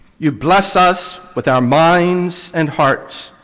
you bless us with our minds and hearts,